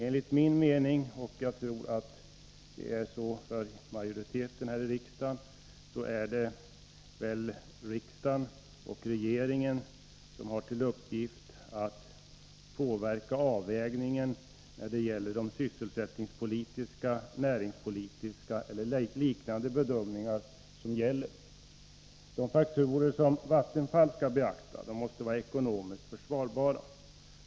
Enligt min mening — och jag tror att majoriteten här i riksdagen delar den — är det riksdagen och regeringen som har till uppgift att påverka avvägningen när det gäller sysselsättningspolitiska, näringspolitiska och liknande bedömningar. De faktorer som Vattenfall skall beakta måste vara ekonomiskt försvarbara.